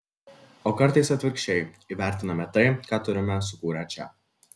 o kartais atvirkščiai įvertiname tai ką turime sukūrę čia